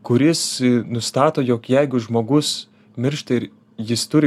kuris nustato jog jeigu žmogus miršta ir jis turi